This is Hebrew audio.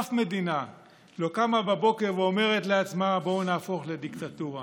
אף מדינה לא קמה בבוקר ואומרת לעצמה: בואו נהפוך לדיקטטורה,